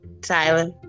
Tyler